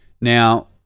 Now